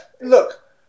Look